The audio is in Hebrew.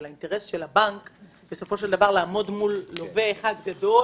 של האינטרס של הבנק לעמוד מול לווה אחד גדול,